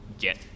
get